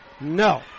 no